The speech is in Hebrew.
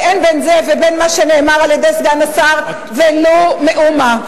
ואין בין זה ובין מה שנאמר על-ידי סגן השר ולו מאומה.